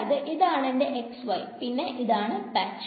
അതായത് ഇതാണ് എന്റെ x y പിന്നെ ഇതാണ് പാച്ച്